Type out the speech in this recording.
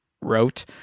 wrote